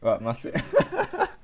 what must say